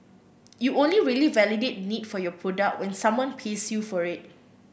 you only really validate the need for your product when someone pays you for it